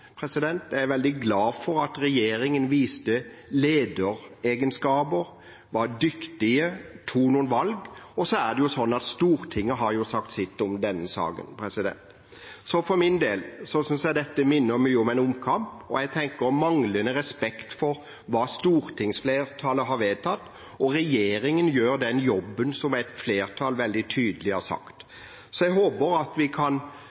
Jeg er veldig glad for at regjeringen viste lederegenskaper, var dyktige og tok noen valg – og Stortinget har også sagt sitt om denne saken. For meg minner dette mye om en omkamp, og jeg tenker at det er manglende respekt for hva stortingsflertallet har vedtatt. Regjeringen gjør den jobben som et flertall har sagt veldig tydelig at den skal gjøre. Jeg håper vi kan lande denne saken på en god måte, og at vi kan